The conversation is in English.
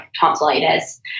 tonsillitis